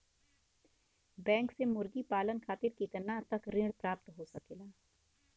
Bank से मुर्गी पालन खातिर कितना तक ऋण प्राप्त हो सकेला?